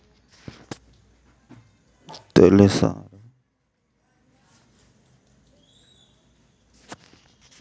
తొలిసారి బాంకు కాతాను జోడించే సమయంల యూ.పీ.ఐ పిన్ సెట్ చేయ్యాల్సిందింగా అడగతాది